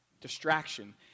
Distraction